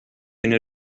inhi